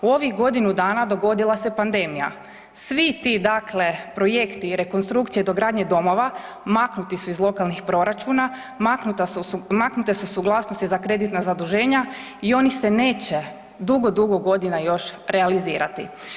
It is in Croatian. U ovih godinu dana dogodila se pandemija, svi ti dakle projekti i rekonstrukcije dogradnje domova maknuti su iz lokalnih proračuna, maknuta su, maknute su suglasnosti za kreditna zaduženja i oni se neće dugo, dugo godina još realizirati.